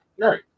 Right